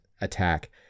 attack